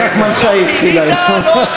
נחמן שי התחיל היום.